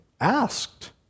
asked